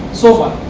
so far!